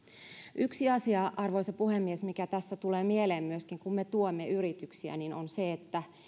yksi asia arvoisa puhemies mikä tässä tulee mieleen myöskin kun me tuemme yrityksiä on se että